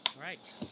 right